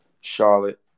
Charlotte